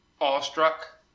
awestruck